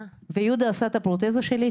יהודה עשה את הפרוטזה שלי,